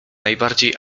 najbardziej